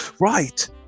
Right